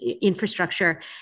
infrastructure